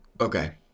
okay